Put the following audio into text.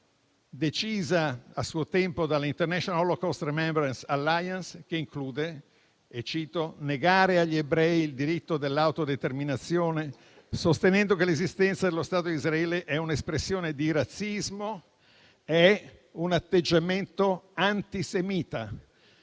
decisa a suo tempo dall'International holocaust remembrance alliance, che include - la cito - il negare agli ebrei il diritto all'autodeterminazione sostenendo che l'esistenza dello Stato di Israele sia un'espressione di razzismo, perché questo è un atteggiamento antisemita: